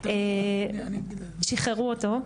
שחררו אותו,